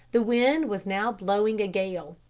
the wind was now blowing a gale.